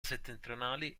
settentrionali